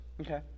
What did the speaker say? Okay